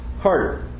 Harder